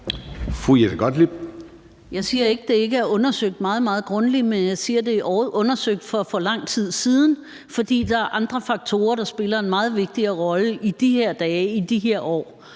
Jeg siger ikke, det ikke er undersøgt meget, meget grundigt, men jeg siger, at det er undersøgt for for lang tid siden, fordi der er andre faktorer, der spiller en meget vigtigere rolle i de her dage i de her år.